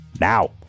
now